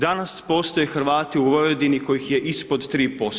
Danas postoje Hrvati u Vojvodini kojih je ispod 3%